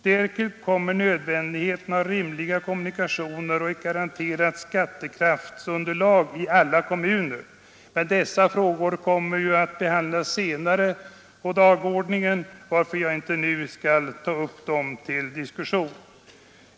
Därtill kommer nödvändigheten av rimliga kommunikationer och fraktstöd samt garanterat skattekraftunderlag i kommunerna. Men dessa frågor kommer att behandlas senare på dagordningen, varför jag inte nu skall ta upp dem till diskussion.